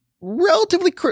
relatively